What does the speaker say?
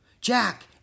Jack